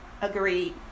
Agreed